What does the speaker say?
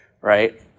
right